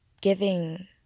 giving